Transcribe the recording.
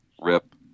Rip